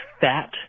fat